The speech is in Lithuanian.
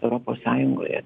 europos sąjungoje